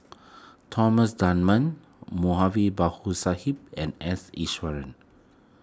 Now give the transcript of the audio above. Thomas Dunman Moulavi Babu Sahib and S Iswaran